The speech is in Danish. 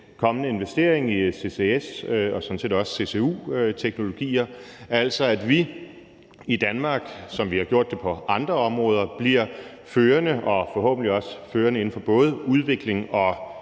kommende investering i CCS- og sådan set også CCU-teknologier, sådan at vi i Danmark bliver førende, som vi er blevet det på andre områder – og forhåbentlig førende inden for både udvikling og